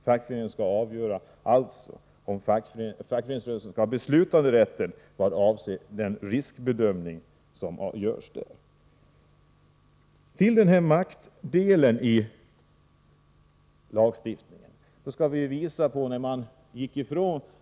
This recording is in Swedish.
Fackföreningarna skall alltså ha beslutanderätt vad avser riskbedömningen i det sammanhanget.